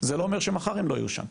זה לא אומר שמחר הם לא יהיו שם,